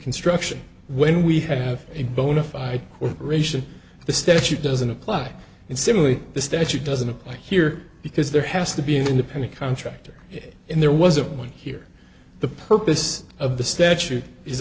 construction when we have a bonafide corporation the statute doesn't apply and similarly the statute doesn't apply here because there has to be an independent contractor and there was a point here the purpose of the statute is